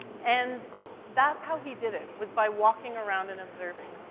and that's how he did it, was by walking around and observing.